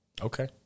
Okay